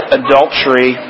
adultery